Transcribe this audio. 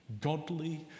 Godly